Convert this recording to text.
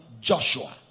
joshua